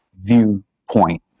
viewpoint